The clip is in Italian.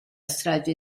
strage